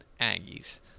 aggies